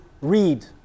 read